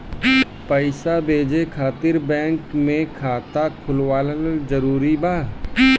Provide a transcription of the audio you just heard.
पईसा भेजे खातिर बैंक मे खाता खुलवाअल जरूरी बा?